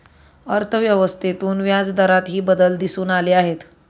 अर्थव्यवस्थेतून व्याजदरातही बदल दिसून आले आहेत